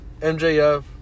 MJF